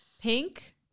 Pink